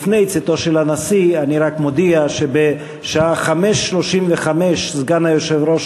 לפני צאתו של הנשיא אני רק מודיע שבשעה 17:35 סגן היושב-ראש